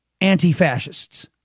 Anti-fascists